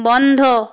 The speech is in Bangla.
বন্ধ